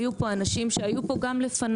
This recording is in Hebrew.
היו פה אנשים שהיו פה גם לפניי,